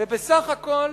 ובסך הכול